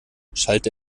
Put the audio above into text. schallte